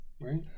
right